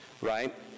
right